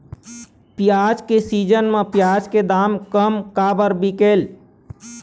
प्याज के सीजन म प्याज के दाम कम काबर बिकेल?